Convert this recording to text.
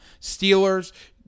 Steelers